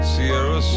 Sierra